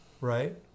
right